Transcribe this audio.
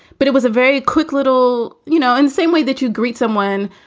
but it was a very quick little, you know, in the same way that you greet someone,